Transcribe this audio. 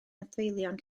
adfeilion